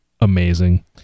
amazing